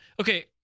Okay